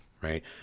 Right